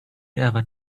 ever